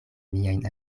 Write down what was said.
miajn